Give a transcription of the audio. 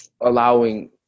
allowing